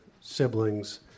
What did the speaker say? siblings